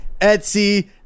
Etsy